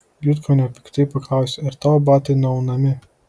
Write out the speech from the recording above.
jutkonio piktai paklausė ar tavo batai nuaunami